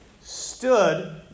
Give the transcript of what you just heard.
stood